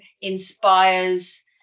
inspires